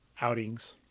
outings